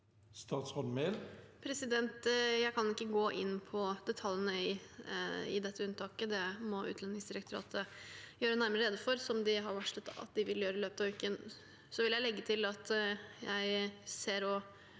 Statsråd Emilie Mehl Jeg kan ikke gå inn på detaljene i dette unntaket. Det må Utlendingsdirektoratet gjøre nærmere rede for, noe de har varslet at de vil gjøre i løpet av uken. Jeg vil legge til at jeg også